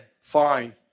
Fine